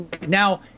Now